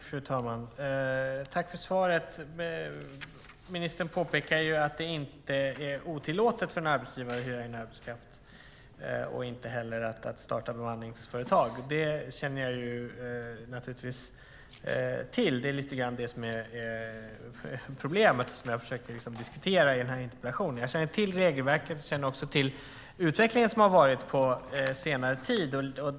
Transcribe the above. Fru talman! Tack för svaret! Ministern påpekar att det inte är otillåtet för en arbetsgivare att hyra in arbetskraft och inte heller att starta bemanningsföretag. Det känner jag naturligtvis till. Det är lite grann det som är problemet och som jag försöker diskutera i den här interpellationsdebatten. Jag känner till regelverket. Jag känner också till den utveckling som skett på senare tid.